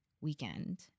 weekend